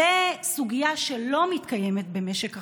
זו סוגיה שלא מתקיימת במשק החשמל,